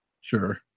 Sure